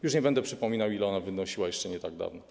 Już nie będę przypominał, ile ona wynosiła jeszcze nie tak dawno.